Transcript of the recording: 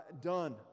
done